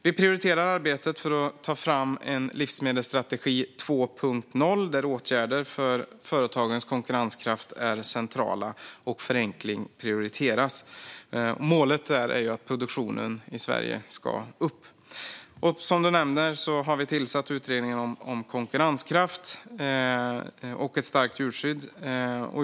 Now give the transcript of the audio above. Vi prioriterar arbetet för att ta fram en livsmedelsstrategi 2.0 där åtgärder för företagens konkurrenskraft är centrala och förenkling prioriteras. Målet är att produktionen i Sverige ska upp. Som du nämner har vi tillsatt en utredning om konkurrenskraft och ett starkt djurskydd.